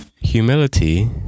Humility